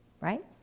right